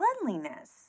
cleanliness